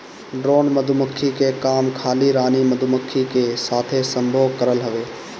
drone मधुमक्खी के काम खाली रानी मधुमक्खी के साथे संभोग करल हवे